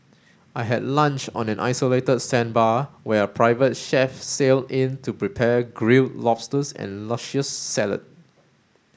I had lunch on an isolated sandbar where a private chef sailed in to prepare grilled lobsters and luscious salad